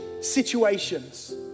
situations